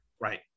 Right